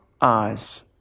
eyes